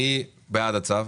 מי בעד הצו?